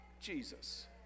Jesus